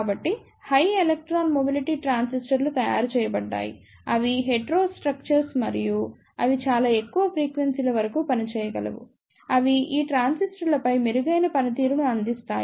కాబట్టి high electron mobility ట్రాన్సిస్టర్లు తయారు చేయబడ్డాయి అవి హెటెరో స్ట్రక్చర్స్ మరియు అవి చాలా ఎక్కువ ఫ్రీక్వెన్సీల వరకు పనిచేయగలవు అవి ఈ ట్రాన్సిస్టర్లపై మెరుగైన పనితీరును అందిస్తాయి